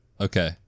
Okay